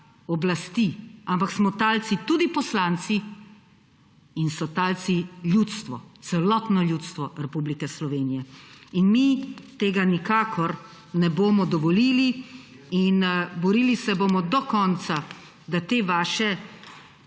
oblasti, ampak smo talci tudi poslanci in so talci ljudstvo, celotno ljudstvo Republike Slovenije. Mi tega nikakor ne bomo dovolili in borili se bomo do konca, da te vaše